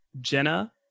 Jenna